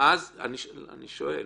אני שואל.